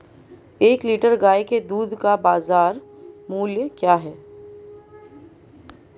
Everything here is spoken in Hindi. एक लीटर गाय के दूध का बाज़ार मूल्य क्या है?